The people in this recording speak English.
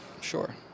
Sure